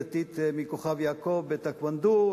ספורטאית דתית מכוכב-יעקב בטקוונדו,